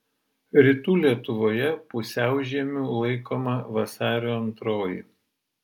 rytų lietuvoje pusiaužiemiu laikoma vasario antroji